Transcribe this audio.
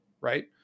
Right